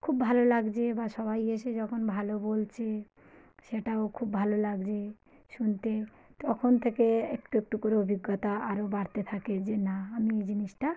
খুব ভালো লাগছে বা সবাই এসে যখন ভালো বলছে সেটাও খুব ভালো লাগছে শুনতে তখন থেকে একটু একটু করে অভিজ্ঞতা আরও বাড়তে থাকে যে না আমি এ জিনিসটা